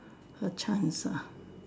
A chance ah